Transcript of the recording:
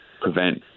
prevent